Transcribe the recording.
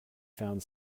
found